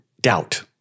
doubt